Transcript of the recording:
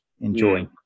enjoy